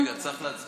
רגע, צריך להצביע.